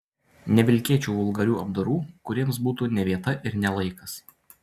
nevilkėčiau vulgarių apdarų kuriems būtų ne vieta ir ne laikas